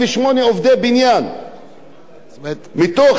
מתוך 64 הרוגים בתאונות עבודה בכלל,